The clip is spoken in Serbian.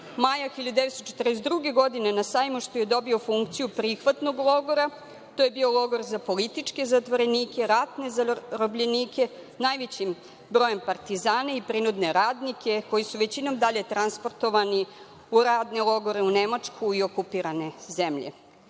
Maja 1942. godine na Sajmištu je dobio funkciju prihvatnog logora. To je bio logor za političke zatvorenike, ratne zarobljenike, najvećim brojem partizana i prinudne radnike, koji su većinom dalje transportovani u radne logore u Nemačku i okupirane zemlje. Kroz